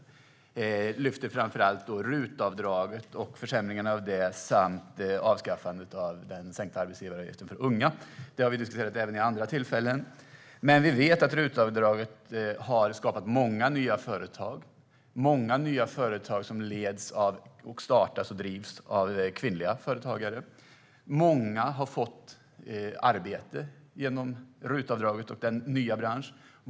Jag lyfter framför allt fram försämringen av RUT-avdraget och avskaffandet av den sänkta arbetsgivaravgiften för unga. Det har vi diskuterat även vid andra tillfällen. Vi vet att RUT-avdraget har lett till att många nya företag har startats och nu drivs av kvinnliga företagare. RUT-avdraget och den nya branschen har lett till att många har fått arbete.